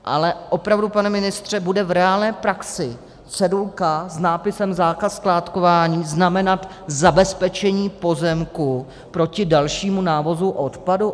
Ale opravdu, pane ministře, bude v reálné praxi cedulka s nápisem Zákaz skládkování znamenat zabezpečení pozemku proti dalšímu návozu odpadu?